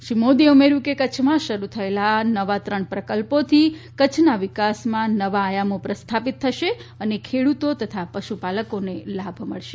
શ્રી મોદીએ ઉમેર્યુ કે કચ્છમાં શરૂ થયેલા આ નવા ત્રણ પ્રકલ્પોથી કચ્છના વિકાસમાં નવા આયામો પ્રસ્થાપિત થશે અને ખેડુતો તથા પશુપાલકોને લાભ મળશે